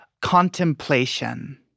contemplation